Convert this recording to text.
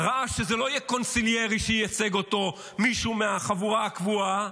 ראה שזה לא יהיה קונסיליירי שייצג אותו מישהו מהחבורה הקבועה